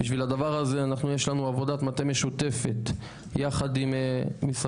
בשביל הדבר הזה יש לנו עבודת מטה משותפת ביחד עם משרד